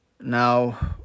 Now